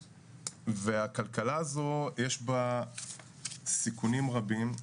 בכלכלה הזו יש סיכונים רבים.